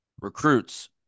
recruits